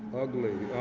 ugly,